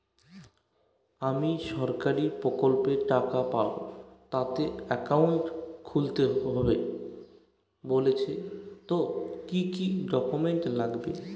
আমি সরকারি প্রকল্পের টাকা পাবো তাতে একাউন্ট খুলতে হবে বলছে তো কি কী ডকুমেন্ট লাগবে?